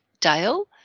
Dale